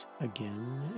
again